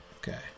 Okay